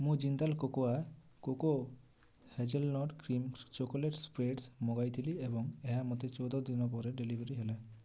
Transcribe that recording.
ମୁଁ Jindal cocoa coco hazelnut cream chocolate spreads ମଗାଇଥିଲି ଏବଂ ଏହା ମୋତେ ଚଉଦଦିନ ପରେ ଡେଲିଭର୍ ହେଲା